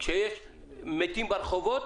כשיש מתים ברחובות,